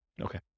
Okay